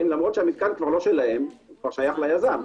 למרות שהמתקן כבר לא שלהם כבר שייך ליזם.